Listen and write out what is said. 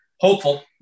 hopeful